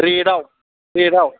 rate आव